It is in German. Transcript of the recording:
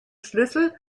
schlüssel